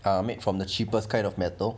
are made from the cheapest kind of metal